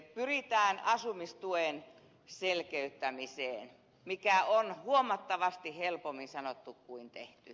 pyritään asumistuen selkeyttämiseen mikä on huomattavasti helpommin sanottu kuin tehty